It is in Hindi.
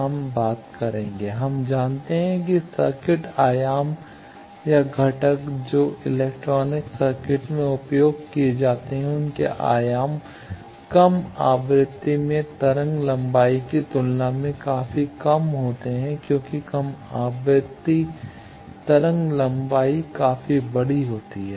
हम जानते हैं कि सर्किट आयाम या घटक जो इलेक्ट्रॉनिक सर्किट में उपयोग किए जाते हैं उनके आयाम कम आवृत्ति में तरंग लंबाई की तुलना में काफी कम होते हैं क्योंकि कम आवृत्ति तरंग लंबाई काफी बड़ी होती है